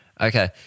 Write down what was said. Okay